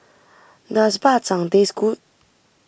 does Bak Chang taste good